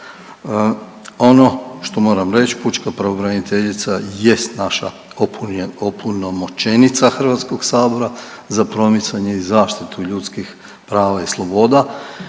Ono što moram reć, pučka pravobraniteljica jest naša opunomoćenica HS za promicanje i zaštitu ljudskih prava i sloboda